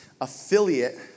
Affiliate